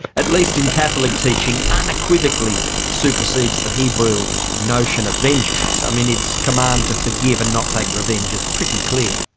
at least in catholic teaching, unequivocally supersedes the hebrew notion of vengeance. i mean, its command to forgive and not take revenge is pretty clear.